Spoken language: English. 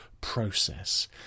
process